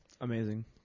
Amazing